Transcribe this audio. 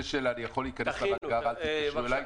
שאני יכול להיכנס למאגר 'אל תתקשרו אליי,